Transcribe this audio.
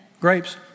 Grapes